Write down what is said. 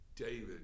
David